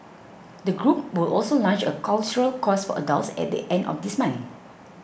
the group will also launch a cultural course for adults at the end of this month